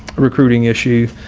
recruiting issue.